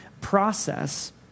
process